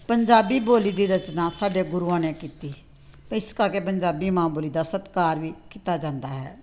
ਪੰਜਾਬੀ ਬੋਲੀ ਦੀ ਰਚਨਾ ਸਾਡੇ ਗੁਰੂਆਂ ਨੇ ਕੀਤੀ ਇਸ ਕਰਕੇ ਪੰਜਾਬੀ ਮਾਂ ਬੋਲੀ ਦਾ ਸਤਿਕਾਰ ਵੀ ਕੀਤਾ ਜਾਂਦਾ ਹੈ